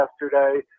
yesterday